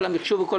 חלק